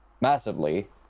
massively